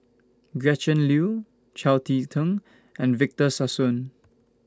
Gretchen Liu Chao Tzee Cheng and Victor Sassoon